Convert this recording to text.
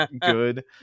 good